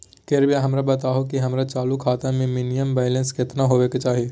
कृपया हमरा बताहो कि हमर चालू खाता मे मिनिमम बैलेंस केतना होबे के चाही